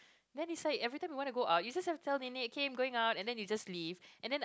then he said everytime when I want to go out you just have to tell nenek okay I'm going out and then you just leave and then